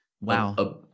Wow